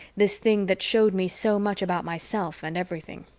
this thing that showed me so much about myself and everything.